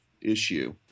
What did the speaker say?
issue